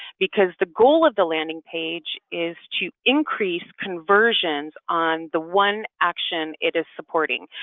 because the goal of the landing page is to increase conversions on the one action it is supporting.